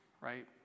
right